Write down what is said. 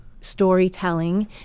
storytelling